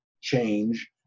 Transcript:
change